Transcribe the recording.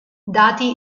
dati